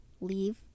leave